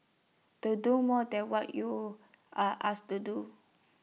don't do more than what you are asked to do